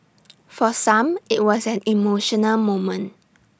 for some IT was an emotional moment